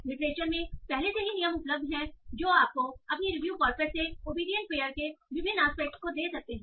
literature में पहले से ही नियम उपलब्ध हैं जो आपको अपनी रिव्यू कॉर्पस से ओबेडिएंट पेयर के विभिन्न आस्पेक्टस को दे सकते हैं